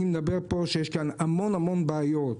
יש כאן המון המון בעיות.